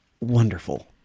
Wonderful